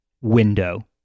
window